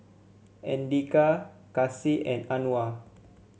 Andika Kasih and Anuar